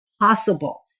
possible